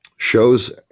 shows